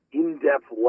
in-depth